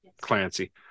Clancy